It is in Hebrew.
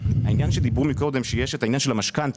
דיברו קודם שיש את העניין של המשכנתא.